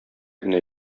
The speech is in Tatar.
генә